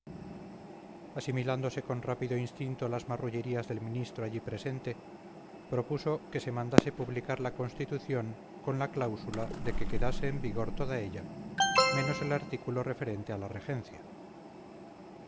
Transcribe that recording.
asimilándose con rápido instinto las marrullerías del ministro allí presente propuso que se mandase publicar la constitución con la cláusula de que quedase en vigor toda ella menos el artículo referente a la regencia